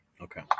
okay